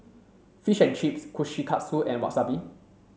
Fish and Chips Kushikatsu and Wasabi